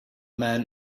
man